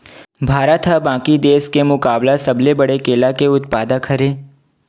भारत हा बाकि देस के मुकाबला सबले बड़े केला के उत्पादक हरे